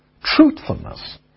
truthfulness